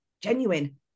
genuine